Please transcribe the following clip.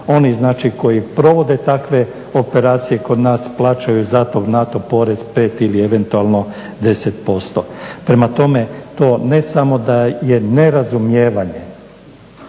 oni koji provode takve operacije kod nas plaćaju zato … 5 ili eventualno 10%. Prema tome to ne samo da je nerazumijevanje